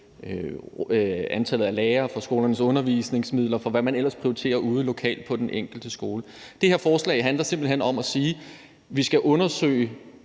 antallet af lærere, deres undervisningsmidler, og hvad man ellers prioriterer ude lokalt på den enkelte skole. Det her forslag handler simpelt hen om at sige, at vi skal undersøge,